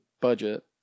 budget